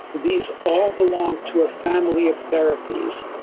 these all belong to a family of therapies